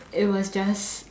it was just